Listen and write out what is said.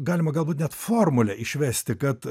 galima galbūt net formulę išvesti kad